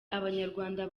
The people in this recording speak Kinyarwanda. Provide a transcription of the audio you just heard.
abanyarwanda